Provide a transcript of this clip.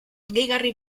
gehigarri